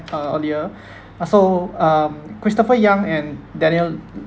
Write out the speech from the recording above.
uh earlier uh so um christopher young and daniel